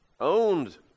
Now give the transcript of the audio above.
owned